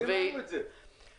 אם זה יקרה